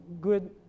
good